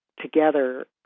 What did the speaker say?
together